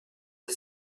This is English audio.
the